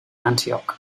antioch